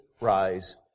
rise